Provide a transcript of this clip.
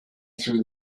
through